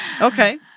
Okay